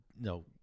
no